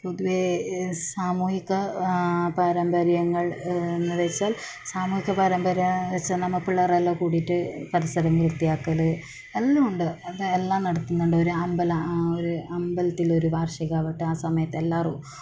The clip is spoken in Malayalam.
പൊതുവെ സാമൂഹിക പാരമ്പര്യങ്ങൾ എന്നു വെച്ചാൽ സാമൂഹിക പാരമ്പര്യങ്ങൾ എന്നു വെച്ചാൽ നമ്മൾ പിള്ളേർ എല്ലാം കൂടിയിട്ട് പരിസരം വൃത്തിയാക്കൽ എല്ലാമുണ്ട് എല്ലാം നടത്തുന്നുണ്ട് ഒരമ്പലത്തിൽ ഒരു വാർഷികം ആകട്ടെ ആ സമയത്ത് എല്ലാവരും